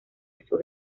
sur